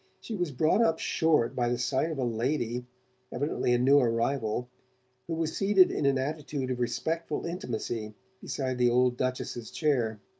she was brought up short by the sight of a lady evidently a new arrival who was seated in an attitude of respectful intimacy beside the old duchess's chair.